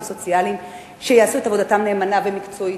סוציאליים שיעשו את עבודתם נאמנה ומקצועית,